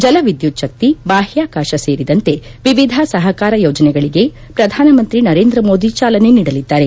ಜಲವಿದ್ನುಚ್ಚಕ್ಕಿ ಬಾಹ್ಲಾಕಾಶ ಸೇರಿದಂತೆ ವಿವಿಧ ಸಹಕಾರ ಯೋಜನೆಗಳಿಗೆ ಶ್ರಧಾನ ಮಂತ್ರಿ ನರೇಂದ್ರ ಮೋದಿ ಚಾಲನೆ ನೀಡಲಿದ್ದಾರೆ